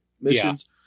missions